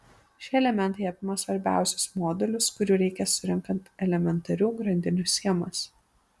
šie elementai apima svarbiausius modulius kurių reikia surenkant elementarių grandinių schemas